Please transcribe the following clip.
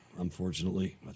Unfortunately